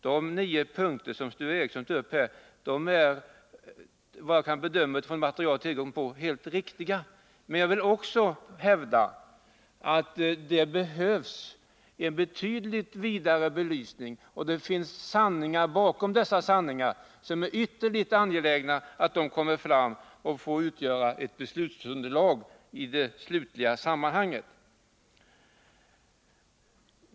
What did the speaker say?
De nio punkter som Sture Ericson tog upp är vad jag kan bedöma utifrån det material jag har tillgång till helt riktiga, men jag vill hävda att det behövs en betydligt vidare belysning, och det finns sanningar bakom dessa sanningar som det är ytterligt angeläget att få fram så att de kan utgöra beslutsunderlag i det slutliga sammanhanget.